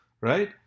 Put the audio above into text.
right